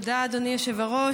תודה, אדוני היושב-ראש.